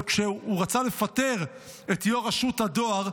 אבל כשהוא רצה לפטר את יו"ר רשות הדואר,